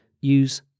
use